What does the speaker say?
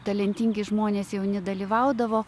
talentingi žmonės jauni dalyvaudavo